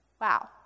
wow